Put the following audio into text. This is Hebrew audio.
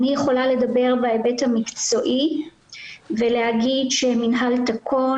אני יכולה לדבר בהיבט המקצועי ולהגיד שמינהל תקון